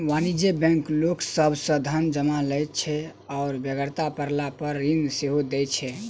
वाणिज्यिक बैंक लोक सभ सॅ धन जमा लैत छै आ बेगरता पड़लापर ऋण सेहो दैत छै